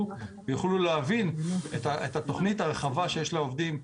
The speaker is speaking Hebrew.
ויוכלו להבין את התוכנית הרחבה שיש לעובדים.